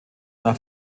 nach